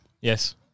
Yes